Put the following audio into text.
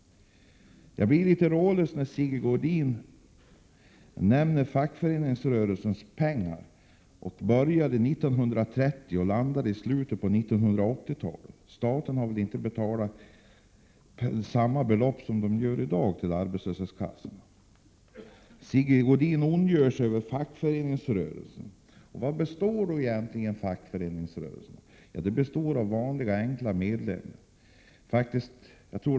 Sigge Godin talade om fackföreningsrörelsens pengar och började med 1930 och landade i slutet av 1980-talet. Men staten har väl inte hela tiden betalat samma belopp till arbetslöshetskassorna som man gör i dag? Sigge Godin ondgjorde sig över fackföreningsrörelsen. Vad består fackföreningsrörelsen då egentligen av? Jo, den består av vanliga enkla medlemmar.